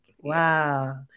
Wow